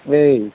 এই